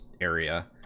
area